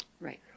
Right